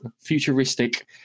futuristic